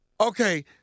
Okay